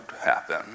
happen